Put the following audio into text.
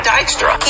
Dykstra